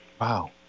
Wow